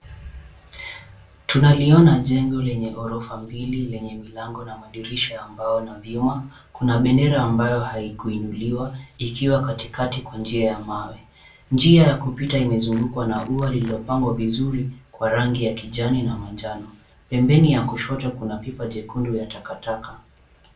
Tunaliona jengo lenye orofa mbili lenye milango na madirisha ya mbao na viungo. Kuna mabendera ambayo haikuinuliwa ikiwa katikati ya njia ya mawe. Njia ya kupita imezungumzwa na ua uliopandwa vizuri kwa rangi ya kijani na manjano. Pembeni ya kushoto kuna pipa jekundu ya takataka.